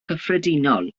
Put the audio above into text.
cyffredinol